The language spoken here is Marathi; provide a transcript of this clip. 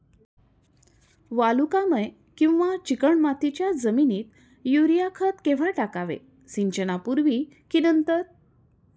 वालुकामय किंवा चिकणमातीच्या जमिनीत युरिया खत केव्हा टाकावे, सिंचनापूर्वी की नंतर?